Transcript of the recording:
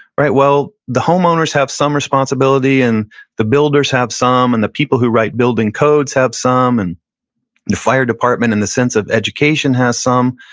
well, the homeowners have some responsibility and the builders have some, and the people who write building codes have some, and the fire department in the sense of education has some,